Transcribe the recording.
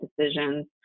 decisions